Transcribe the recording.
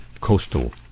coastal